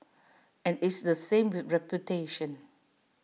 and it's the same with reputation